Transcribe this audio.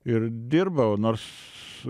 ir dirbau nors